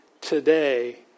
today